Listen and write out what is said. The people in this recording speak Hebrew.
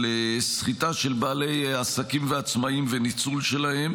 של סחיטה של בעלי עסקים ושל עצמאים וניצול שלהם,